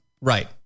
Right